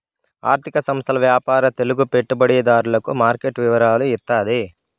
ఆర్థిక సంస్థల వ్యాపార తెలుగు పెట్టుబడిదారులకు మార్కెట్ వివరాలు ఇత్తాది